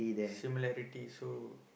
similarity so